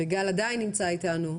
גל עדיין נמצא איתנו,